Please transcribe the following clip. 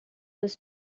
was